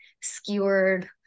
skewered